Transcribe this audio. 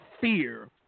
fear